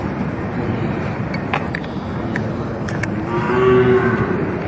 ᱯᱩᱞᱤᱭᱟ ᱯᱩᱞᱤᱭᱟ ᱵᱷᱩᱜᱟᱹ ᱠᱚᱨᱮᱢ